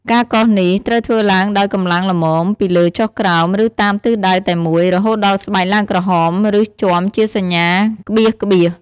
ការកោសនេះត្រូវធ្វើឡើងដោយ កម្លាំងល្មម ពីលើចុះក្រោម ឬតាមទិសដៅតែមួយ រហូតដល់ស្បែកឡើងក្រហម ឬជាំជាសញ្ញាក្បៀសៗ។